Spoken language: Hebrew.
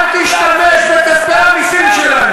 אל תשתמש בכספי המסים שלנו.